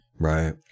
Right